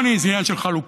עוני זה עניין של חלוקה,